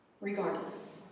Regardless